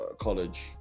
college